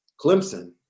Clemson